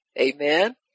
amen